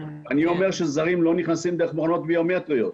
אני אומר שזרים לא נכנסים דרך מכונות ביומטריות.